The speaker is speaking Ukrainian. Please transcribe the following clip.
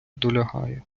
долягає